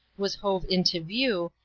was hove into view,